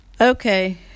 Okay